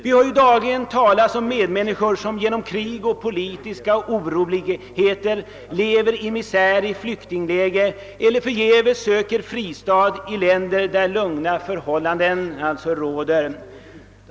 Vi hör dagligen talas om medmänniskor som genom krig och politiska oroligheter tvingas leva i misär i flyktingläger eller förgäves söker fristad i länder där lugna förhållanden råder.